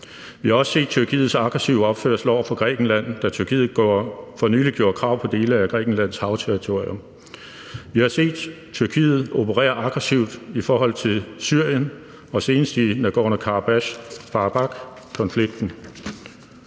Vi har også set Tyrkiets aggressive opførsel over for Grækenland, da Tyrkiet for nylig gjorde krav på dele af Grækenlands havterritorium. Vi har set Tyrkiet operere aggressivt i forhold til Syrien og senest i Nagorno-Karabakh-konflikten.